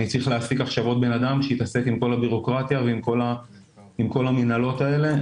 אני צריך להפעיל עוד אדם שיתעסק עם כל הבירוקרטיה ועם כל המינהלות האלה.